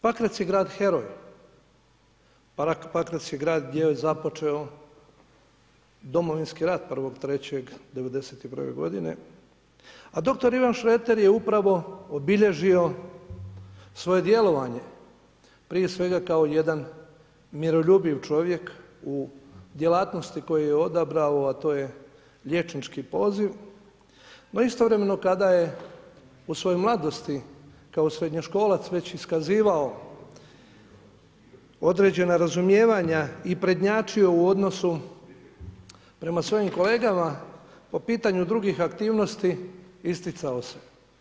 Pakrac je grad heroj, Pakrac je grad gdje je započeo Domovinski rat 1.3.1991. godine, a dr. Ivan Šreter je upravo obilježio svoje djelovanje, prije svega kao jedan miroljubiv čovjek u djelatnosti koju je odabrao, a to je liječnički poziv, no istovremeno kada je u svojoj mladosti kao srednjoškolac već iskazivao određena razumijevanja i prednjačio u odnosu prema svojim kolegama po pitanju drugih aktivnosti, isticao se.